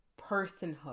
personhood